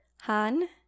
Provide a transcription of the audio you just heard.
Han